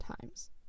times